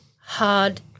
hard